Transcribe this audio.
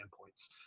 points